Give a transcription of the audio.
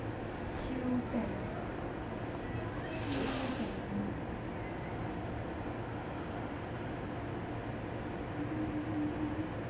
Q ten Q ten hmm